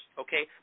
okay